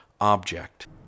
object